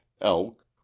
elk